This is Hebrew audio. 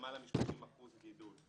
למעלה מ-30% גידול.